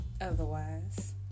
otherwise